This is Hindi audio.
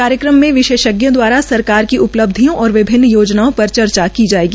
कार्यक्रम में विशेषज्ञों दवारा उपलब्धियों और विभिन्न योजनाओं पर चर्चा की जायेगी